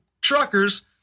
truckers